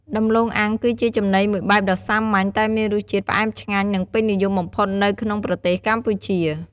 ដំឡូងអាំង គឺជាចំណីមួយបែបដ៏សាមញ្ញ តែមានរសជាតិផ្អែមឆ្ងាញ់ និងពេញនិយមបំផុតនៅក្នុងប្រទេសកម្ពុជា។